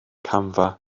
camfa